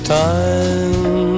time